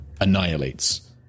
annihilates